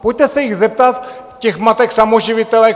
Pojďte se jich zeptat, těch matek samoživitelek.